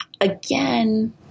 again